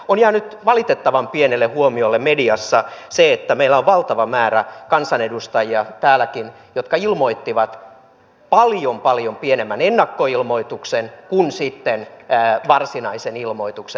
on jäänyt valitettavan pienelle huomiolle mediassa se että meillä on valtava määrä kansanedustajia täälläkin jotka ilmoittivat paljon paljon pienemmän ennakkoilmoituksen kuin sitten varsinaisen ilmoituksen